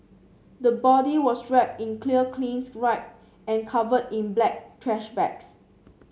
the body was wrapped in clear cling wrap and covered in black trash bags